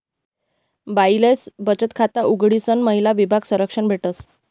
बाईसले बचत खाता उघडीसन महिला विमा संरक्षा भेटस